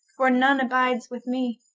for none abides with me